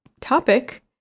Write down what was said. topic